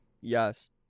Yes